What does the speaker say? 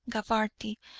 gabarty,